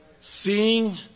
Seeing